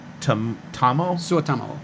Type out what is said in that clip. Suotamo